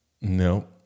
No